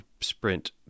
sprint